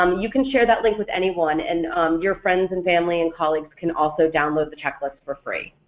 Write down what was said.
um you can share that link with anyone and your friends and family and colleagues can also download the checklist for free.